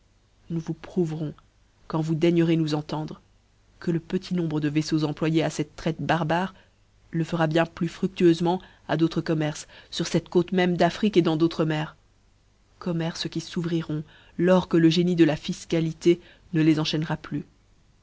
nous vous prouverons quand vous daignerez nous entendre que le petit nombre de vaiffeaux employés à cette traite barbare le fera bien plus d'autres com merces fur cette côte même d'afrique dans d'autres mers commerces qui s'ouvriront lors que le génie de la fifcalité ne les enchaînera plus